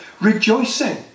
rejoicing